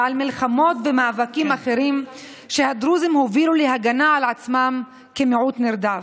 ועל מלחמות ומאבקים אחרים שהדרוזים הובילו להגנה על עצמם כמיעוט נרדף.